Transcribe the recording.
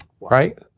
Right